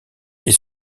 est